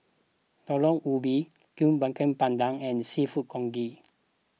Talam Ubi Kuih Bakar Pandan and Seafood Congee